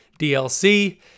DLC